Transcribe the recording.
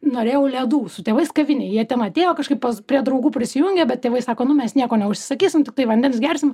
norėjau ledų su tėvais kavinėj jie ten atėjo kažkaip pas prie draugų prisijungė bet tėvai sako nu mes nieko neužsisakysim tiktai vandens gersim